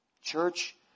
Church